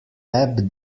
ebb